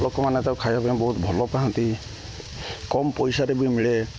ଲୋକମାନେ ତାକୁ ଖାଇବା ପାଇଁ ବହୁତ ଭଲ ପାଆନ୍ତି କମ୍ ପଇସାରେ ବି ମିଳେ